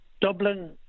Dublin